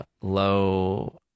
low